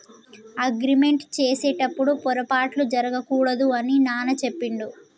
agreement చేసేటప్పుడు పొరపాట్లు జరగకూడదు అని నాన్న చెప్పిండు